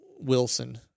Wilson